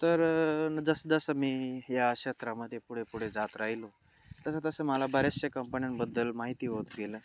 तर जसंजसं मी या क्षेत्रामध्ये पुढे पुढे जात राहिलो तसं तसं मला बऱ्याचशा कंपन्यांंबद्दल माहिती होत गेलं